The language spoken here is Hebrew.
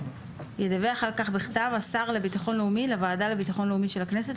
ידווח על כך בכתב השר לביטחון לאומי לוועדה לביטחון לאומי של הכנסת,